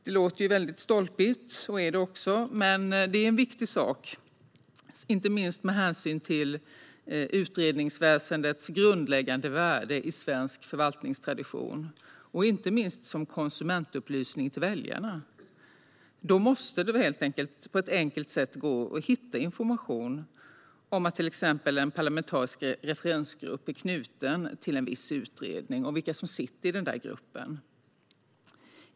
Det låter stolpigt och är det också, men det är en viktig sak - inte minst med hänsyn till utredningsväsendets grundläggande värde i svensk förvaltningstradition och inte minst som konsumentupplysning till väljarna. Det måste gå att på ett enkelt sätt hitta information om att till exempel en parlamentarisk referensgrupp är knuten till en viss utredning och vilka som sitter i den gruppen.